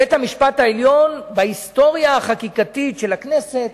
בית-המשפט העליון, בהיסטוריה החקיקתית של הכנסת,